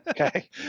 Okay